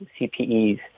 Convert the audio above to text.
CPEs